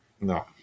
No